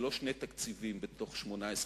ולא שני תקציבים בתוך 18 חודשים.